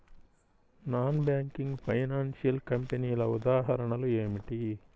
Non banking financial కంపెనీల ఉదాహరణలు ఏమిటి?